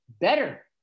better